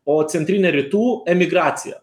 o centrinė rytų emigraciją